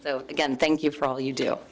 again thank you for all you do